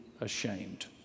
ashamed